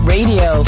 Radio